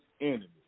enemy